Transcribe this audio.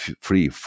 free